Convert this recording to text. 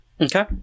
Okay